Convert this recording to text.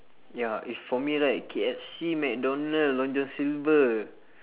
ya if for me right K_F_C mcdonald long john silver